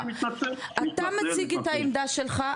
אתה מציג את העמדה שלך,